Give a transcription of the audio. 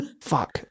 Fuck